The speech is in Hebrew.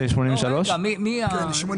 אגף התקציבים.